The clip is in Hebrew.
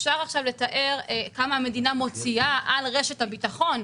אפשר עכשיו לתאר כמה המדינה מוציאה על רשת הביטחון,